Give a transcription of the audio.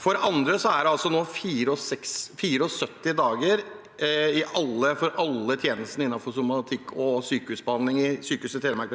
For andre er det nå 74 dager for alle tjenester innenfor somatikk og sykehusbehandling ved Sykehuset Telemark.